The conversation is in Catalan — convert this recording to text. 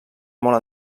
molt